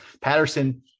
Patterson